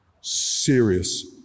serious